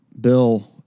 Bill